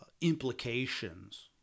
implications